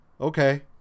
okay